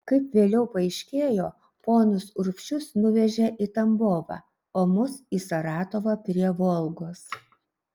kaip vėliau paaiškėjo ponus urbšius nuvežė į tambovą o mus į saratovą prie volgos